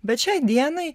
bet šiai dienai